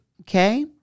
Okay